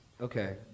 okay